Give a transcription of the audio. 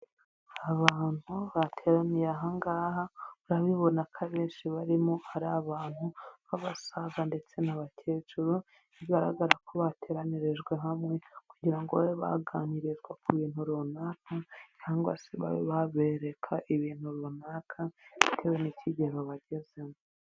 Abantu bateraniye aha ngaha, urabibona ko abenshi barimo ari abantu b'abasaza ndetse n'abakecuru, bigaragara ko bateranirijwe hamwe kugira ngo babe baganirizwa ku bintu runaka cyangwa se babe babereka ibintu runaka bitewe n'ikigero bagezemo.